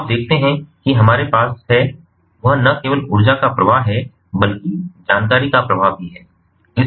तो आप देखते हैं कि जो हमारे पास है वह न केवल ऊर्जा का प्रवाह है बल्कि जानकारी का प्रवाह भी है